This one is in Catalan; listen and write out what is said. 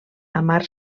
amar